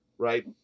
Right